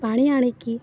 ପାଣି ଆଣିକି